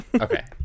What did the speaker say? Okay